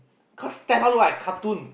cause Stella look like cartoon